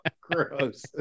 Gross